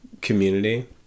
community